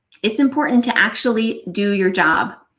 it's important to actually do your job.